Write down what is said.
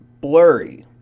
blurry